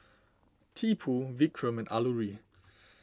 Tipu Vikram and Alluri